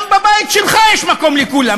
גם בבית שלך יש מקום לכולם,